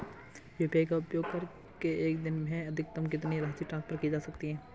UPI का उपयोग करके एक दिन में अधिकतम कितनी राशि ट्रांसफर की जा सकती है?